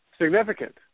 significant